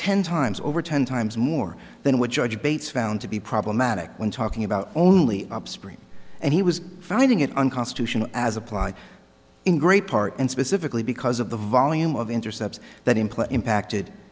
ten times over ten times more than what judge bates found to be problematic when talking about only upstream and he was finding it unconstitutional as applied in great part and specifically because of the volume of intercepts that employ impacted